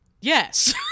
yes